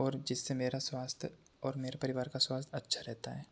और जिससे मेरा स्वास्थय और मेरे परिवार का स्वास्थय अच्छा रहता है